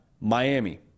Miami